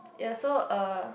ya so uh